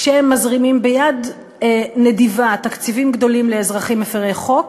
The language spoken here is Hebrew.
כשהם מזרימים ביד נדיבה תקציבים גדולים לאזרחים מפרי חוק,